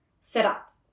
setup